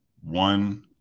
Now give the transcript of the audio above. one